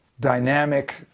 dynamic